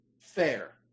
Fair